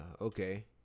okay